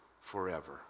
forever